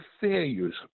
failures